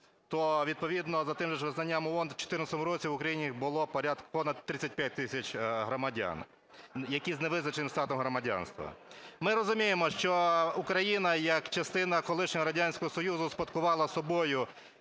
то відповідно за тим же визнанням ООН в 14-му році в Україні їх було понад 35 тисяч громадян, які з невизначеним статусом громадянства. Ми розуміємо, що Україна, як частина колишнього Радянського Союзу, успадкувала собою